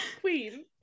queen